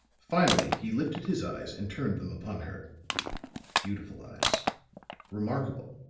finally he lifted his eyes and turned them upon her beautiful eyes remarkable,